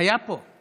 היה פה;